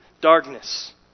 darkness